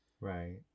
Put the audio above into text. right